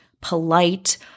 polite